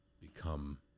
become